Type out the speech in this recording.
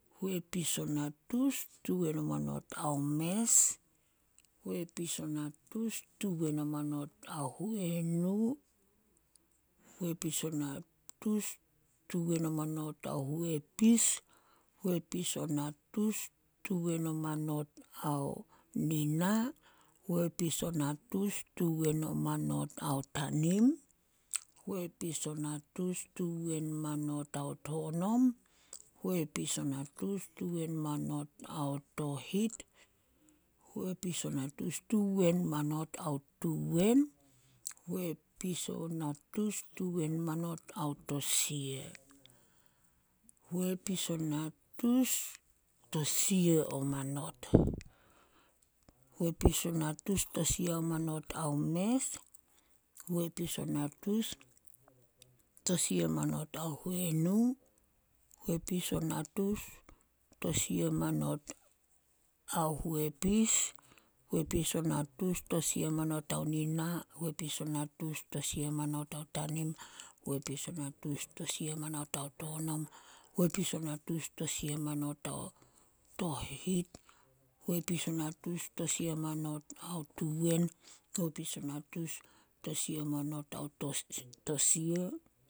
﻿Huepis o nnatus tuwen o manot ao mes, huepis o natus tuwen o manot ao huenu, huepis o natus tuwen o manot ao huepis, huepis o natus tuwen o manot ao nina, huepis o natus tuwen o manot ao tanim, huepis o natus tuwen o manot ao tonom, huepis o natus tuwen o manot ao tohit, huepis o natus tuwen o manot ao tuwen, huepis o natus tuwen o manot ao tosia, huepis o natus tosia o manot. Huepis o natus tosia o manot ao mes, huepis o natus tosia o manot ao huenu, huepis o natus tosia o manot ao huepis, huepis o natus tosia o manot ao nina, huepis o tosia o manot ao tanim, huepis o natus o manot ao tonom, huepis o natus tosia o manot ao tohit, huepis o natus tosia o manot ao tuwen, huepis o natus tosia o manot ao tosia.